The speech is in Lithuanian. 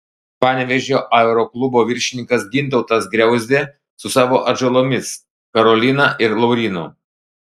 panevėžio aeroklubo viršininkas gintautas griauzdė su savo atžalomis karolina ir laurynu